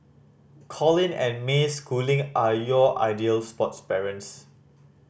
Colin and May Schooling are your ideal sports parents